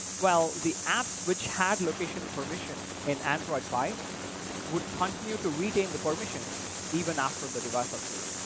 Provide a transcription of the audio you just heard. well, the apps which had location permission in android pie would continue to retain the permissions even after the device upgrade.